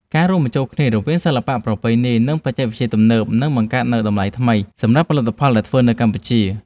ការរួមបញ្ចូលគ្នារវាងសិល្បៈប្រពៃណី និង បច្ចេកវិទ្យាទំនើបនឹងបង្កើតនូវតម្លៃថ្មីសម្រាប់ផលិតផលដែលធ្វើនៅកម្ពុជា។